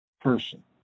person